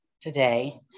today